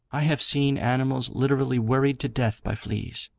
i have seen animals literally worried to death by fleas,